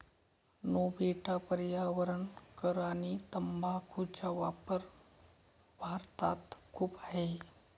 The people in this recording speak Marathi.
नो बेटा पर्यावरण कर आणि तंबाखूचा वापर भारतात खूप आहे